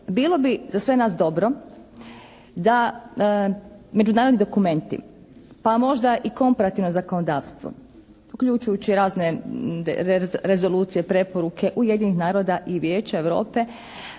Bilo bi za sve nas dobro da međunarodni dokumenti, pa možda i komparativno zakonodavstvo uključujući razne rezolucije, preporuke Ujedinjenih naroda i Vijeća Europe,